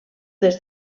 des